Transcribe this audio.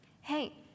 Hey